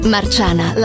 Marciana